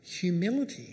humility